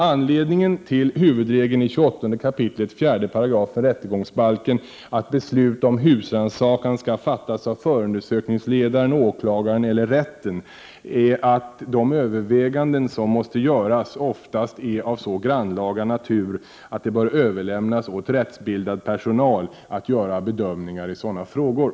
Anledningen till huvudregeln i 28 kap. 4 § rättegångsbalken att beslut om husrannsakan skall fattas av förundersökningsledaren, åklagaren eller rätten är att de överväganden som måste göras oftast är av så grannlaga natur att det bör överlämnas åt rättsbildad personal att göra bedömningar i sådana frågor. — Prot.